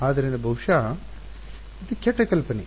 ಆದ್ದರಿಂದ ಬಹುಶಃ ಅದು ಕೆಟ್ಟ ಕಲ್ಪನೆ